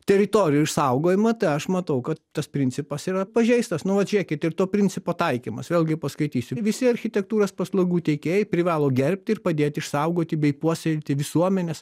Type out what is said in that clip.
teritorijų išsaugojimą tai aš matau kad tas principas yra pažeistas nu vat žiūrėkit ir to principo taikymas vėlgi paskaitysiu visi architektūros paslaugų teikėjai privalo gerbti ir padėti išsaugoti bei puoselėti visuomenės